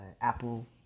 Apple